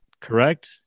correct